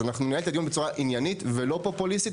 אז אנחנו ננהל את הדיון בצורה עניינית ולא פופוליסטית,